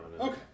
Okay